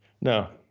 No